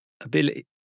ability